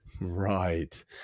Right